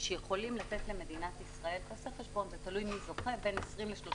שיכולים לתת למדינת ישראל בין 20%-30%.